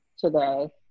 today